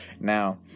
Now